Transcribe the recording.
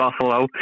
Buffalo